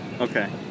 Okay